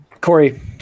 Corey